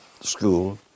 school